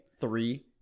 Three